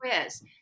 quiz